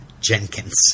Jenkins